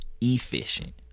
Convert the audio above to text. Efficient